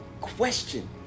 question